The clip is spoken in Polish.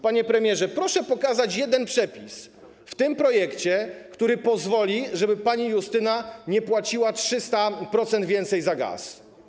Panie premierze, proszę pokazać jeden przepis w tym projekcie, który pozwoli na to, żeby pani Justyna nie płaciła 300% więcej za gaz.